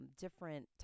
different